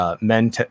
men